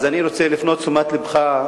אז אני רוצה להפנות את תשומת לבך,